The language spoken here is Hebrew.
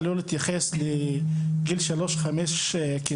לא להתייחס לגילאי שלוש עד חמש כנשירה.